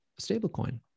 stablecoin